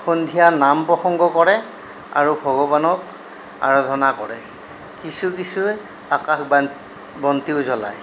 সন্ধিয়া নাম প্ৰসংগ কৰে আৰু ভগৱানক আৰাধনা কৰে কিছু কিছুৱে আকাশ বন্তিও জ্বলাই